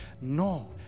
No